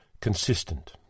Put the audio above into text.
Consistent